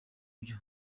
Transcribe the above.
byo